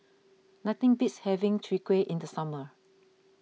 nothing beats having Chwee Kueh in the summer